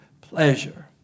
pleasure